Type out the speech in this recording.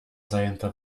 zajęta